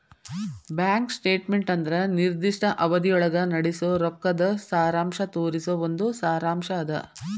bank statement ಅಂದ್ರ ನಿರ್ದಿಷ್ಟ ಅವಧಿಯೊಳಗ ನಡಸೋ ರೊಕ್ಕದ್ ಸಾರಾಂಶ ತೋರಿಸೊ ಒಂದ್ ಸಾರಾಂಶ್ ಅದ